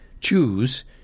choose